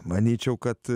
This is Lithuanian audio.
manyčiau kad